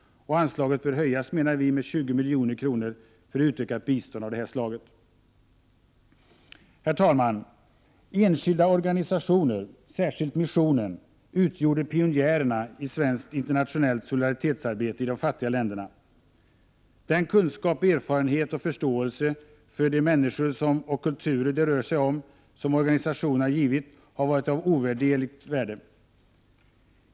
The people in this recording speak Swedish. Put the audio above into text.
Anslaget bör höjas med 20 milj.kr. för utökat bistånd av detta slag. Herr talman! Enskilda organisationer, särskilt missionen, utgjorde pionjärerna i svenskt internationellt solidaritetsarbete i de fattiga länderna. Den kunskap, erfarenhet och förståelse för de människor och kulturer det rör sig om som organisationerna har givit har varit ovärderlig.